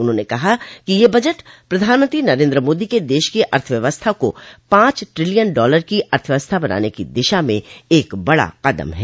उन्होंने कहा कि यह बजट प्रधानमंत्री नरेन्द्र मोदी के देश की अर्थव्यवस्था को पांच ट्रिलियन डॉलर की अर्थव्यवस्था बनाने की दिशा में एक बड़ा कदम है